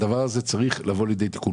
וצריך לתקן את הדבר הזה.